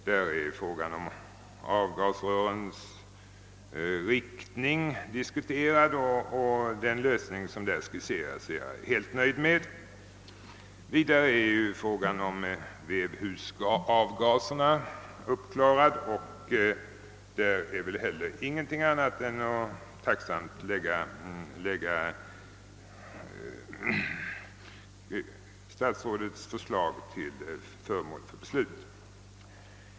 Där är frågan om avgasrörens riktning diskuterad. Den lösning som därvidlag skisseras är jag helt nöjd med. Vidare är ju frågan om vevhusavgaserna uppklarad, och i det avseendet är väl heller ingenting annat än att tacksamt göra statsrådets förslag till föremål för beslut.